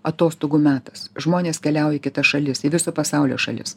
atostogų metas žmonės keliau į kitas šalis į viso pasaulio šalis